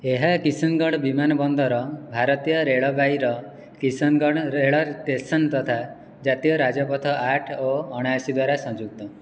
ଏହା କିସନଗଡ଼ ବିମାନ ବନ୍ଦର ଭାରତୀୟ ରେଳବାଇର କିସନଗଡ଼ ରେଳ ଷ୍ଟେସନ ତଥା ଜାତୀୟ ରାଜପଥ ଆଠ ଓ ଅଣାଅଶୀ ଦ୍ୱାରା ସଂଯୁକ୍ତ